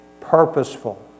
Purposeful